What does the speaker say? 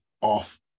off